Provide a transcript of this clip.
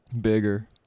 Bigger